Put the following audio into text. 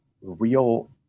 real